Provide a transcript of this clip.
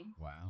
wow